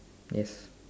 yes